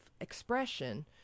expression